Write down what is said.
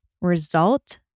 result